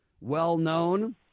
Well-known